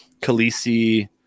Khaleesi